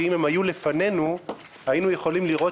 שאם הן היו לפנינו היינו יכולים לראות